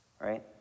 right